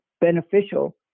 beneficial